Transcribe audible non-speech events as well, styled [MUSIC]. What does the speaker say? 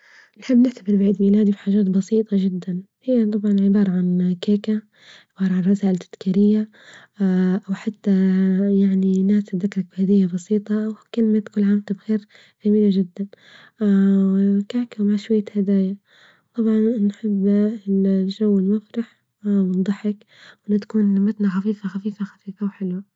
نحب نحتفل بعيد ميلادي بحاجات بسيطة جدا يعني طبعا عبارة عن كيكة، عبارة عن رسائل تذكارية [HESITATION] أو حتى يعني الناس تتذكرك بهدية بسيطة وكلمة كل عام وأنتوا بخير جميلة جدا، [HESITATION] وكعكة مع شوية هدايا طبعا نحب الجو المفرح والضحك وإن تكون نومتنا خفيفية خفيفية خفيفية وحلوة.